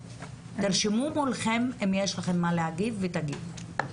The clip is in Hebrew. תרשמו מולכם אם יש לכם מה להגיב ותגיבו.